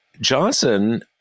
Johnson